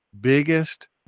biggest